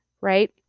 Right